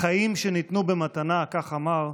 חיים שניתנו במתנה, כך אמר,